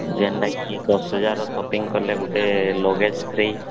ଯେନ୍ତା କି ବର୍ଷେ ସାରା ସପିଂ କଲେ ଗୋଟେ ଲଗେଜ୍ ଫ୍ରି